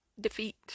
defeat